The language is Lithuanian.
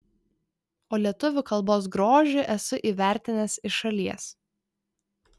o lietuvių kalbos grožį esu įvertinęs iš šalies